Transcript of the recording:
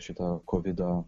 šito kovido